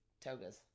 togas